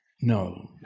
no